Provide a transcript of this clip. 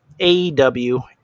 AEW